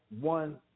one